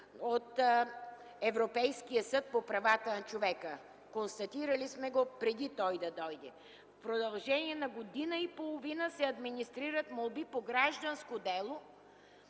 от Европейския съд по правата на човека, констатирали сме го преди той да дойде. В продължение на година и половина се администрират молби по гражданско дело,